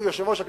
יושב-ראש הכנסת,